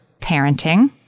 parenting